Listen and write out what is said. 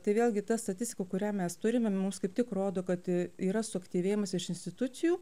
tai vėlgi ta statistika kurią mes turime mums kaip tik rodo kad yra suaktyvėjimas iš institucijų